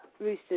roosters